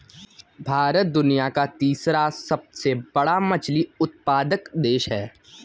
भारत दुनिया का तीसरा सबसे बड़ा मछली उत्पादक देश है